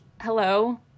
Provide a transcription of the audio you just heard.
hello